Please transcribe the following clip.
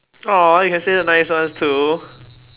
!aww! you can say the nice ones too